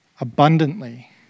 abundantly